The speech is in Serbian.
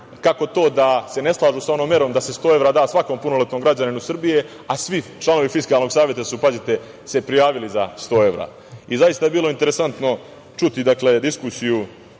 kako to da se ne slažu sa onom merom da se 100 evra da svakom punoletnom građaninu Srbije, a svi članovi Fiskalnog saveta su, pazite, se prijavili za 100 evra. Zaista je bilo interesantno čuti, dakle, diskusiju